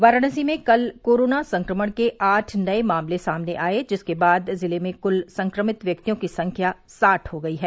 वाराणसी में कल कोरोना संक्रमण के आठ नए मामले सामने आए जिसके बाद जिले में कुल संक्रमित व्यक्तियों की संख्या साठ हो गयी है